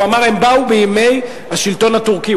הוא אמר: הם בימי השלטון הטורקי.